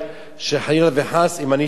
חלילה וחס, אם אני טועה,